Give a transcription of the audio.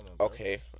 okay